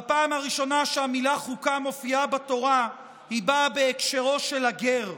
בפעם הראשונה שהמילה "חוקה" מופיעה בתורה היא באה בהקשרו של הגר: